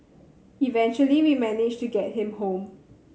eventually we managed to get him home